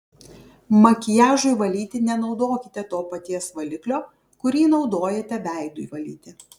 makiažui valyti nenaudokite to paties valiklio kurį naudojate veidui valyti